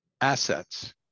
assets